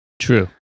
true